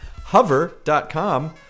Hover.com